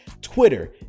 Twitter